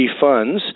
funds